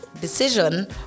decision